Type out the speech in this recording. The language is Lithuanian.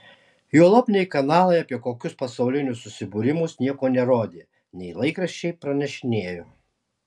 juolab nei kanalai apie kokius pasaulinius susibūrimus nieko nerodė nei laikraščiai pranešinėjo